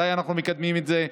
מתי אנחנו מקדמים את זה?